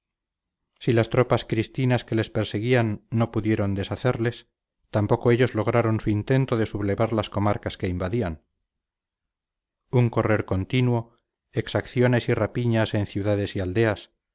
si las tropas cristinas que les perseguían no pudieron deshacerles tampoco ellos lograron su intento de sublevar las comarcas que invadían un correr continuo exacciones y rapiñas en ciudades y aldeas